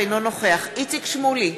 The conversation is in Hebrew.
אינו נוכח איציק שמולי,